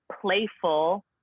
playful